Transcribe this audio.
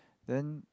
then